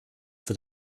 wird